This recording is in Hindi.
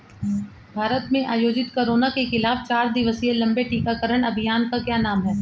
भारत में आयोजित कोरोना के खिलाफ चार दिवसीय लंबे टीकाकरण अभियान का क्या नाम है?